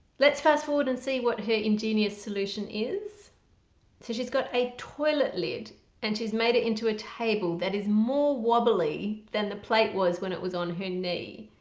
let's fast forward and see what her ingenious solution is so she's got a toilet lid and she's made it into a table that is more wobbly than the plate was when it was on her knee.